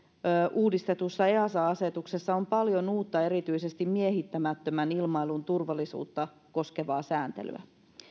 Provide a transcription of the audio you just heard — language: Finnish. uudistetussa easa asetuksessa on paljon uutta erityisesti miehittämättömän ilmailun turvallisuutta koskevaa sääntelyä